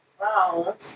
Wow